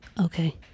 Okay